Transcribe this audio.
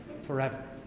forever